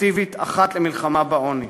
אפקטיבית אחת למלחמה בעוני,